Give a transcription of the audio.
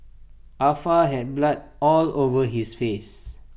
ah Fa had blood all over his face